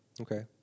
Okay